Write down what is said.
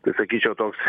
tai sakyčiau toks